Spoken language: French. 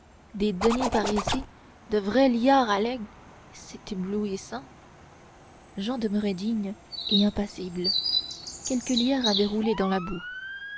des deniers parisis de vrais liards à laigle c'est éblouissant jehan demeurait digne et impassible quelques liards avaient roulé dans la boue